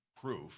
proof